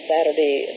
Saturday